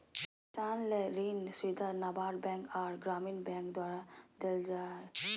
किसान ले ऋण सुविधा नाबार्ड बैंक आर ग्रामीण बैंक द्वारा देल जा हय